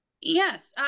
Yes